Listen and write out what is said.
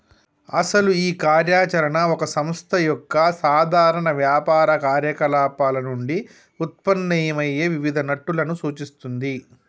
అసలు ఈ కార్య చరణ ఓ సంస్థ యొక్క సాధారణ వ్యాపార కార్యకలాపాలు నుండి ఉత్పన్నమయ్యే వివిధ నట్టులను సూచిస్తుంది